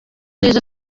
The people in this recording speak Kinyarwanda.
neza